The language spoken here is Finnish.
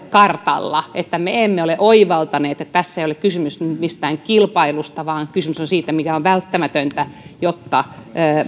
kartalla että me emme ole oivaltaneet että tässä ei ole kysymys mistään kilpailusta vaan siitä mikä on välttämätöntä jotta